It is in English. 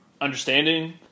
understanding